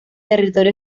territorio